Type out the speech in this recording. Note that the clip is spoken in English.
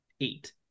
eight